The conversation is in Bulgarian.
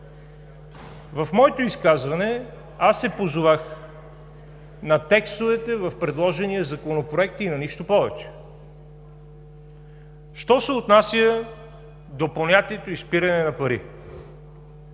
В моето изказване се позовах на текстовете в предложения Законопроект и на нищо повече. Що се отнася до понятието „изпиране на пари“